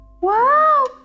wow